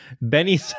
Benny